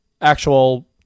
actual